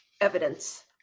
evidence